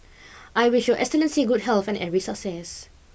I wish your excellency good health and every success